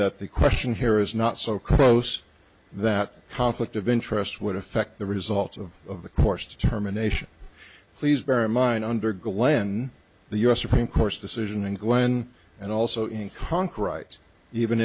that the question here is not so close that conflict of interest would affect the results of the course determination please bear in mind under glenn the u s supreme court's decision and glenn and also in conkwright even